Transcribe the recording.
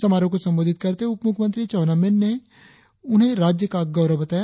समारोह को संबोधित करते हुए उपमुख्यमंत्री चाऊना मेन ने उन्हे राज्य का गौरव बताया